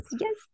yes